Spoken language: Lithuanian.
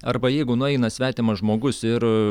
arba jeigu nueina svetimas žmogus ir